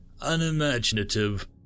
unimaginative